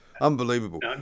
Unbelievable